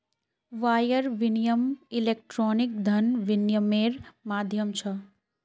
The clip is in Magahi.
वायर विनियम इलेक्ट्रॉनिक धन विनियम्मेर माध्यम छ